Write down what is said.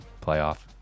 playoff